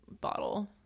bottle